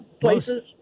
places